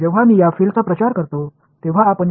எனவே நான் சில வரையறுக்கப்பட்ட தூரத்தை எடுத்துக்கொள்கிறேன்